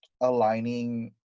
aligning